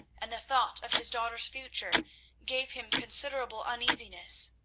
and the thought of his daughter's future gave him considerable uneasiness.